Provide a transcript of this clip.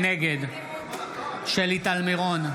נגד שלי טל מירון,